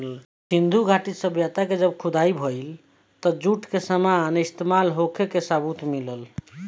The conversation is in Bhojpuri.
सिंधु घाटी के सभ्यता के जब खुदाई भईल तब जूट के सामान इस्तमाल होखे के सबूत मिलल